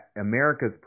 America's